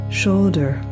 shoulder